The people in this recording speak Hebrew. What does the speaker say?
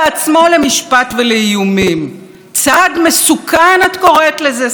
צעד מסוכן את קוראת לזה, שרת המשפטים, לא פחות.